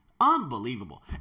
Unbelievable